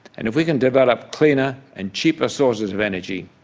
and if we can develop cleaner and cheaper sources of energy,